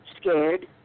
scared